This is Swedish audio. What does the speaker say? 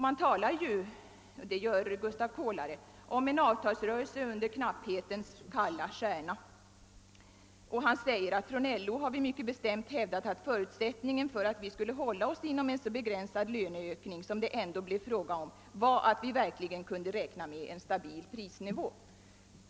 Man talar — det gör bl.a. Gustav Kolare — om en avtalsrörelse i år under knapphetens kalla stjärna och framhåller att LO mycket bestämt hävdade att förutsättningen för att acceptera en så begränsad löneökning som det då blev fråga om var en stabil prisnivå.